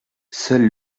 seule